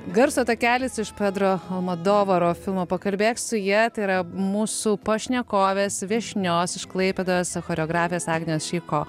garso takelis iš pedro pakalbėk su ja tai yra mūsų pašnekovės viešnios iš klaipėdos choreografės agnijos šeiko